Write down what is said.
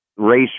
race